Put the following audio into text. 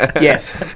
Yes